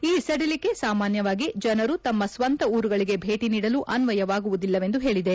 ಈ ಸಡಿಲಿಕೆ ಸಾಮಾನ್ನವಾಗಿ ಜನರು ತಮ್ಮ ಸ್ವಂತ ಊರುಗಳಿಗೆ ಭೇಟಿ ನೀಡಲು ಅನ್ನಯವಾಗುವುದಿಲ್ಲವೆಂದು ಹೇಳಿದೆ